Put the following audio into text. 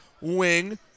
wing